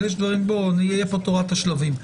אבל תורת השלבים.